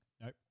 Nope